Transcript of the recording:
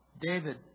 David